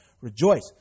rejoice